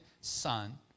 son